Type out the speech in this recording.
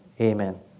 Amen